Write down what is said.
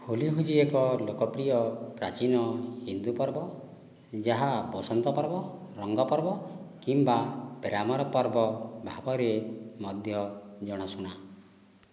ହୋଲି ହେଉଛି ଏକ ଲୋକପ୍ରିୟ ପ୍ରାଚିନ ହିନ୍ଦୁ ପର୍ବ ଯାହା ବସନ୍ତ ପର୍ବ ରଙ୍ଗ ପର୍ବ କିମ୍ବା ପ୍ରେମର ପର୍ବ ଭାବରେ ମଧ୍ୟ ଜଣାଶୁଣା